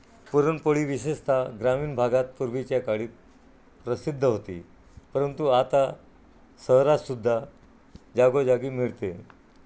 पुरणपोळी विशेषतः ग्रामीण भागात पूर्वीच्या काळी प्रसिद्ध होती परंतु आता शहरातसुद्धा जागोजागी मिळते